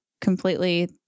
completely